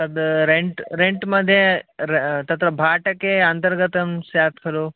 तद् rent rent मध्ये र् तत्र भाटके अन्तर्गतं स्यात् खलु